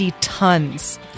tons